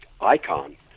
icon